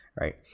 right